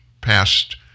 past